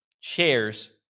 chairs